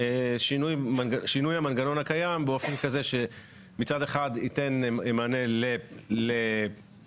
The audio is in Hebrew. שינוי המנגנון הקיים באופן כזה שמצד אחד ייתן מענה למצבים